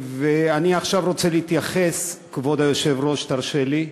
אני עכשיו רוצה להתייחס, כבוד היושב-ראש, תרשה לי,